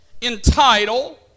entitle